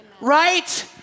Right